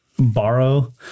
Borrow